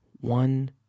one